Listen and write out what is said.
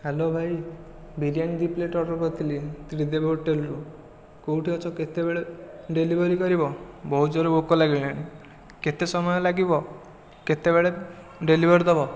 hello ଭାଇ ବିରିୟାନୀ ଦୁଇ plate order କରିଥିଲି ତ୍ରିଦେବୀ ହୋଟେଲରୁ କେଉଁଠି ଅଛ କେତେବେଳେ ଡେଲିଭରି କରିବ ବହୁତ ଜୋରରେ ଭୋକ ଲାଗିଲାଣି କେତେ ସମୟ ଲାଗିବ କେତେବେଳେ ଡେଲିଭରି ଦେବ